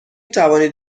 توانید